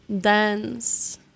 dance